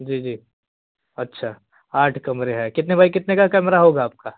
जी जी अच्छा आठ कमरे हैं कितने बाई कितने का कमरा होगा आपका